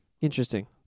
Interesting